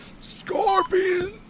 Scorpion